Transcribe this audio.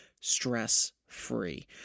stress-free